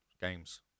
games